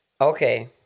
Okay